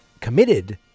committed